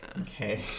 Okay